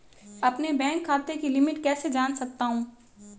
अपने बैंक खाते की लिमिट कैसे जान सकता हूं?